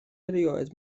erioed